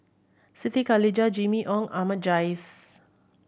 Siti Khalijah Jimmy Ong Ahmad Jais